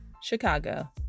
Chicago